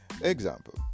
Example